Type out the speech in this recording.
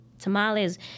tamales